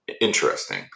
interesting